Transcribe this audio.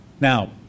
Now